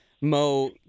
Mo